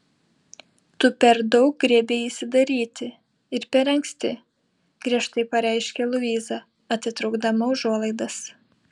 tu per daug griebeisi daryti ir per anksti griežtai pareiškė luiza atitraukdama užuolaidas